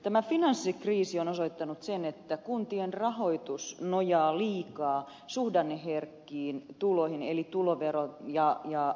tämä finanssikriisi on osoittanut sen että kuntien rahoitus nojaa liikaa suhdanneherkkiin tuloihin eli tulovero ja yhteisöverotuloihin